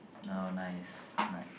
no nice nice